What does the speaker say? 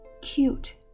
Cute